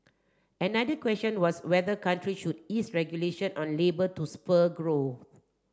another question was whether countries should ease regulation on labour to spur growth